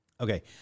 Okay